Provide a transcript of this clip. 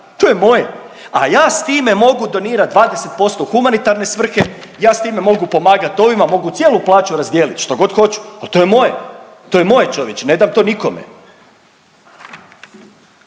To je moje, a ja s time mogu donirat 20% u humanitarne svrhe, ja s time mogu pomagat ovima, mogu cijelu plaću razdijelit, što god hoću. Al to je moje, to je moje čovječe, ne dam to nikome.